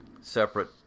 separate